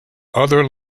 other